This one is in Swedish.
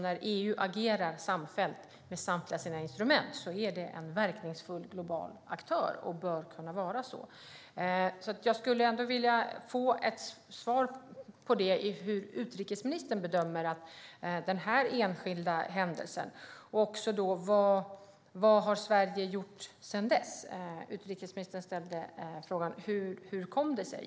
När EU agerar samfällt med samtliga sina instrument är det ju en verkningsfull global aktör och bör kunna vara så. Jag skulle vilja få ett svar på hur utrikesministern bedömer denna enskilda händelse och vad Sverige har gjort sedan dess. Utrikesministern ställde frågan: Hur kom det sig?